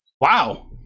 Wow